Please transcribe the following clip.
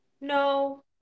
No